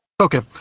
Okay